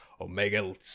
Omega